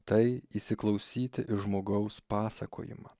tai įsiklausyti į žmogaus pasakojimą